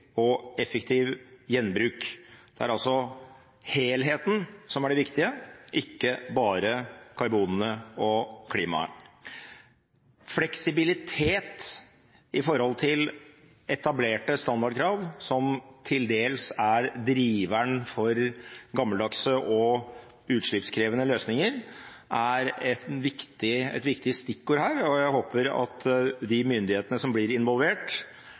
og effektiv gjenbruk. Det er altså helheten som er det viktige, ikke bare karbonene og klimaet. Fleksibilitet når det gjelder etablerte standardkrav, som til dels er driveren for gammeldagse og utslippskrevende løsninger, er et viktig stikkord her. Jeg håper at de myndighetene som blir involvert,